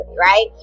right